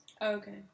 Okay